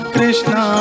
Krishna